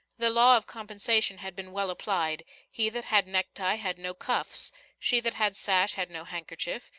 the law of compensation had been well applied he that had necktie had no cuffs she that had sash had no handkerchief,